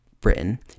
Britain